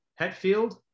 Hetfield